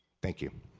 thank you.